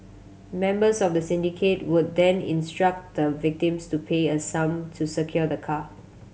members of the syndicate would then instruct the victims to pay a sum to secure the car